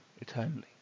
eternally